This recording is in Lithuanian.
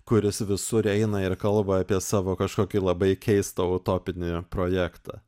kuris visur eina ir kalba apie savo kažkokį labai keistą utopinį projektą